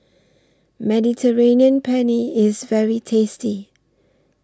Mediterranean Penne IS very tasty